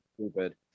stupid